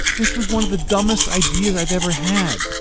this was one of the dumbest ideas i've ever had.